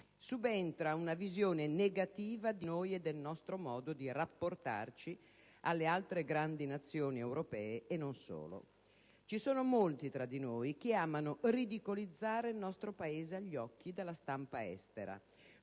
subentra una visione negativa di noi e del nostro modo di rapportarci alle altre grandi Nazioni europee, e non solo. Ci sono molti tra di noi che amano ridicolizzare il nostro Paese agli occhi della stampa estera,